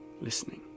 listening